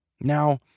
now